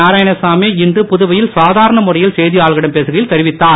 நாராயணசாமி இன்று புதுவையில் சாதாரண முறையில் செய்தியாளர்களிடம் பேசுகையில் தெரிவித்தார்